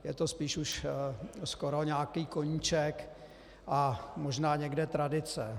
Je to spíše už skoro nějaký koníček a možná někde tradice.